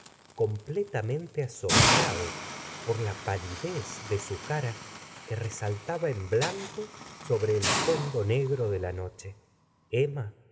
completamente asombrado por la palidez de su cara que resaltaba en blanco sobre el fondo negro de la noche emma